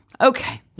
okay